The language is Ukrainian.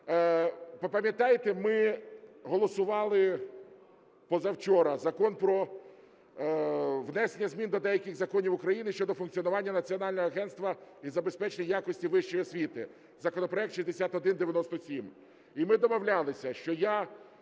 пам'ятаєте, ми голосували позавчора Закон "Про внесення змін до деяких законів України щодо функціонування Національного агентства із забезпечення якості вищої освіти" (законопроект 6197).